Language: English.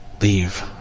leave